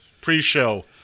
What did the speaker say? pre-show